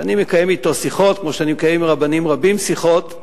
שאני מקיים אתו שיחות כמו שאני מקיים עם רבנים רבים שיחות,